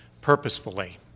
purposefully